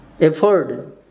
afford